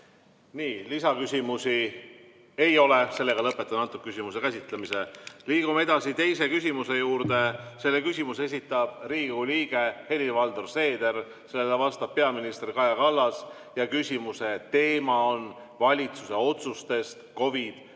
Nii, lisaküsimusi ei ole. Lõpetan selle küsimuse käsitlemise. Liigume edasi teise küsimuse juurde. Selle küsimuse esitab Riigikogu liige Helir-Valdor Seeder, sellele vastab peaminister Kaja Kallas. Küsimuse teema on valitsuse otsused COVID-19